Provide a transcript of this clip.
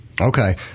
Okay